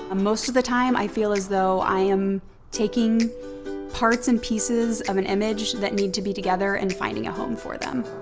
ah most of the time, i feel as though i am taking parts and pieces of an image that need to be together and finding a home for them.